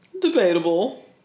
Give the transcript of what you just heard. Debatable